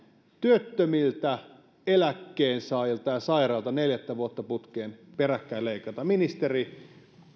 työttömiltä eläkkeensaajilta ja sairailta neljättä vuotta peräkkäin leikataan ministeri